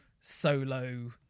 solo